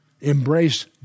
embrace